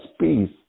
peace